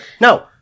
No